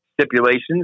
stipulations